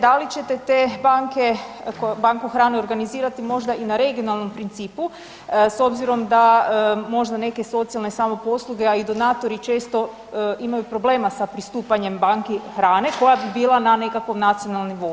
Da li ćete te banke, banku hrane organizirati možda i na regionalnom principu s obzirom da možda neke socijalne samoposluge ali i donatori često imaju problema sa pristupanjem banki hrane koja bi bila na nekakvom nacionalnom nivou.